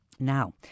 now